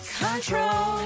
control